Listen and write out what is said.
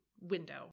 window